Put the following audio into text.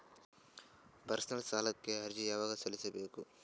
Personal ಸಾಲಕ್ಕೆ ಅರ್ಜಿ ಯವಾಗ ಸಲ್ಲಿಸಬೇಕು?